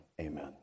amen